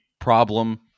problem